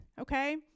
okay